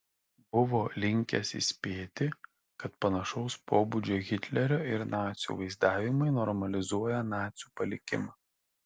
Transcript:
buvo linkęs įspėti kad panašaus pobūdžio hitlerio ir nacių vaizdavimai normalizuoja nacių palikimą